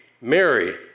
Mary